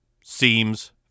seems